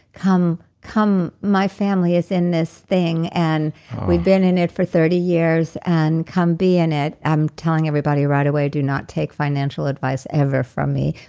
come. come, my family is in this thing and we've been in it for thirty years, and come be in it i'm telling everybody right away, do not take financial advice ever from me,